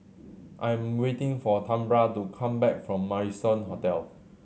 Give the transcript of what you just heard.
I am waiting for Tambra to come back from Marrison Hotel